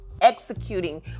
executing